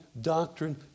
doctrine